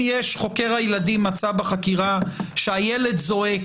אם חוקר הילדים מצא בחקירה שהילד זועק,